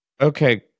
Okay